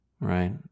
right